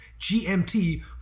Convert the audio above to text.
GMT